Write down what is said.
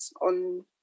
on